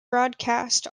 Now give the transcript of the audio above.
broadcast